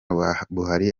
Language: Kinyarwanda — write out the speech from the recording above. buhari